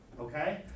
Okay